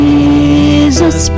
Jesus